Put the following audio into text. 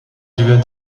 devient